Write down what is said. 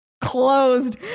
closed